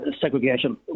segregation